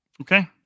okay